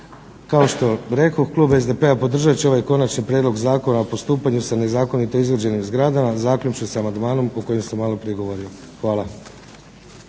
Kao što rekoh, klub SDP-a podržat će ovaj konačni prijedlog Zakona o postupanju sa nezakonito izgrađenim zgradama, zaključno s amandmanom o kojem sam maloprije govorio.